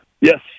Yes